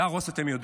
להרוס אתם יודעים.